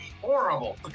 horrible